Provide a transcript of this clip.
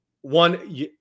one